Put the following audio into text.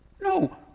No